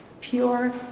pure